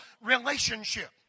relationship